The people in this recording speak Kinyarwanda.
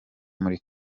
muri